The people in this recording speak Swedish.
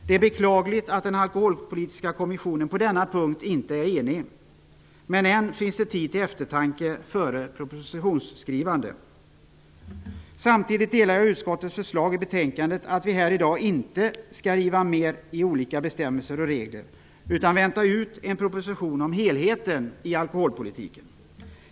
Det är beklagligt att den alkoholpolitiska kommissionen på denna punkt inte är enig. Men än finns tid till eftertanke före propositionsskrivandet. Samtidigt instämmer jag i utskottets förslag i betänkandet, att vi här i dag inte skall riva mer i olika bestämmelser och regler, utan att vi skall vänta ut en proposition om helheten i alkoholpolitiken.